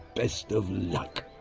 best of luck,